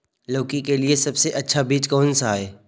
लौकी के लिए सबसे अच्छा बीज कौन सा है?